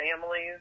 families